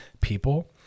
people